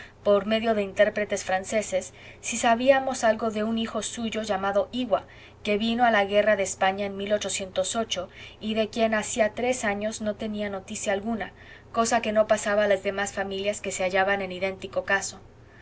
por medio de intérpretes franceses si sabíamos algo de un hijo suyo llamado iwa que vino a la guerra de españa en y de quien hacía tres años no tenía noticia alguna cosa que no pasaba a las demás familias que se hallaban en idéntico caso